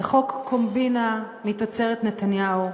זה חוק קומבינה מתוצרת נתניהו,